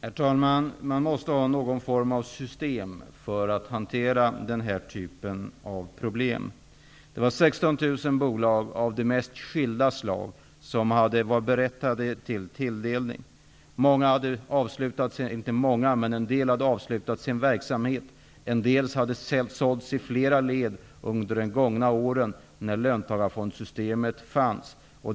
Herr talman! Man måste ha någon form av system för att hantera denna typ av problem. Det var 16 000 bolag av de mest skilda slag som var berättigade till tilldelning. En del hade avslutat sin verksamhet, och en del hade sålts i flera led under de gångna åren när löntagarfondssystemet fanns.